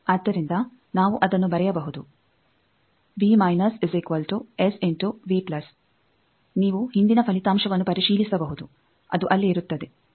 ಆದ್ದರಿಂದ ನಾವು ಅದನ್ನು ಬರೆಯಬಹುದು ನೀವು ಹಿಂದಿನ ಫಲಿತಾಂಶವನ್ನು ಪರಿಶೀಲಿಸಬಹುದುಅದು ಅಲ್ಲಿ ಇರುತ್ತದೆ